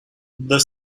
the